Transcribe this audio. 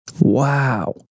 Wow